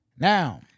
Now